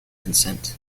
consent